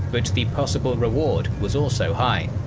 but the possible reward was also high.